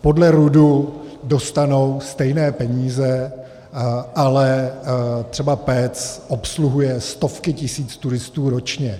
Podle RUD dostanou stejné peníze, ale třeba Pec obsluhuje stovky tisíc turistů ročně.